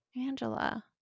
Angela